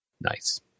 Nice